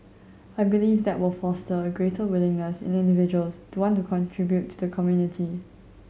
I believe that will foster a greater willingness in individuals to want to contribute to the community